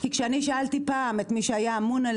כי כשאני שאלתי פעם את מי שהיה אמון על